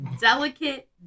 Delicate